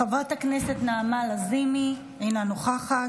חברת הכנסת נעמה לזימי, אינה נוכחת,